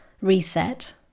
reset